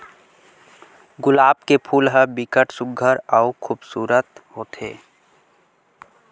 गुलाब के फूल ह बिकट सुग्घर अउ खुबसूरत होथे